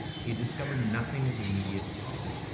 he had discovered nothing of immediate profit